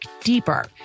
deeper